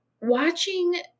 Watching